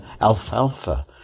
alfalfa